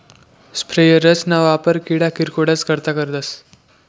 sprayers ना वापर किडा किरकोडस करता करतस